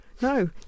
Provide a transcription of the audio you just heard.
no